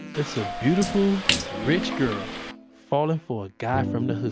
it's a beautiful rich girl falling for a guy from the hood.